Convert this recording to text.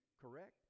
correct